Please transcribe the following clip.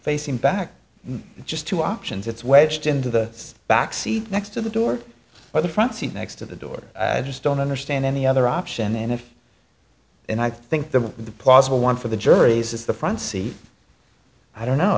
facing back just two options it's wedged into the back seat next to the door by the front seat next to the door i just don't understand any other option and if and i think there were the plausible one for the jury says the front seat i don't know